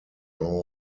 jeanne